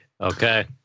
Okay